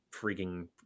freaking